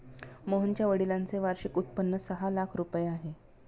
मोहनच्या वडिलांचे वार्षिक उत्पन्न सहा लाख रुपये आहे